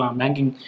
banking